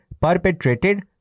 perpetrated